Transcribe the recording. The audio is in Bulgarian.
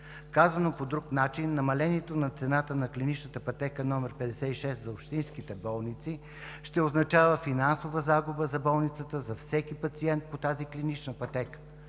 Казано по друг начин –намалението на цената на клинична пътека № 56 за общинските болници ще означава финансова загуба за болницата за всеки пациент по тази клинична пътека,